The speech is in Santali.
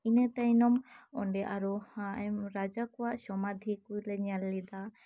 ᱤᱱᱟᱹ ᱛᱟᱭᱱᱚᱢ ᱚᱸᱰᱮ ᱟᱨᱚ ᱟᱭᱢᱟ ᱨᱟᱡᱟ ᱠᱚᱣᱟᱜ ᱥᱚᱢᱟᱫᱷᱤ ᱠᱚᱞᱮ ᱧᱮᱞ ᱞᱮᱫᱟ